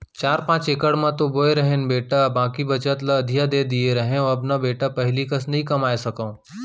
चार पॉंच इकड़ म तो बोए रहेन बेटा बाकी बचत ल अधिया दे दिए रहेंव अब न बेटा पहिली कस नइ कमाए सकव